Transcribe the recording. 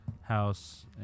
house